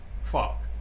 fuck